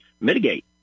mitigate